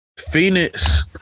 Phoenix